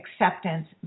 acceptance